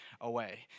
away